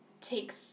takes